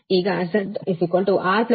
ಆದ್ದರಿಂದ 53